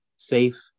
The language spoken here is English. safe